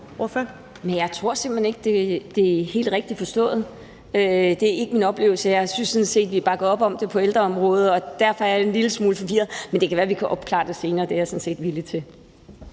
jeg tror simpelt hen ikke, det er helt rigtigt forstået. Det er ikke min oplevelse. Jeg synes sådan set, at vi bakker op om det på ældreområdet, og derfor er jeg en lille smule forvirret. Men det kan være, vi kan opklare det senere – det er jeg sådan